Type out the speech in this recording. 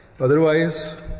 Otherwise